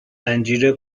انجیر